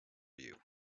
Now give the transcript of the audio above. you